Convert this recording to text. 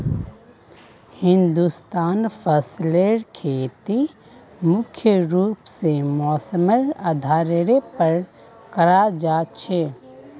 हिंदुस्तानत फसलेर खेती मुख्य रूप से मौसमेर आधारेर पर कराल जा छे